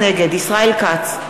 נגד ישראל כץ,